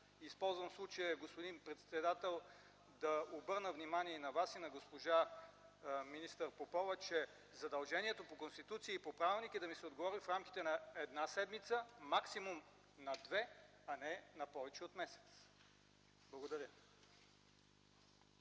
Използвам случая, господин председател, да обърна внимание на Вас и на госпожа министър Попова, че задължението по Конституция и по правилник е да ми се отговори в рамките на една седмица, максимум на две, а не на повече от месец. Благодаря.